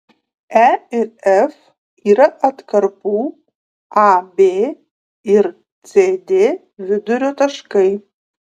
e ir f yra atkarpų ab ir cd vidurio taškai